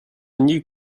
new